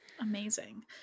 Amazing